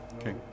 Okay